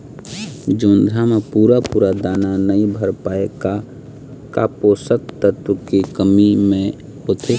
जोंधरा म पूरा पूरा दाना नई भर पाए का का पोषक तत्व के कमी मे होथे?